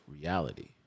reality